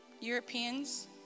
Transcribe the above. Europeans